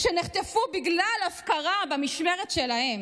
שנחטפו בגלל הפקרה במשמרת שלהם,